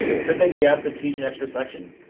could they be asked to teach an extra section?